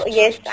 yes